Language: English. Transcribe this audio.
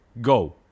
go